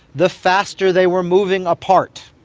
the faster they were moving apart.